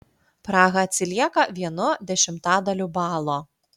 praha atsilieka vienu dešimtadaliu balo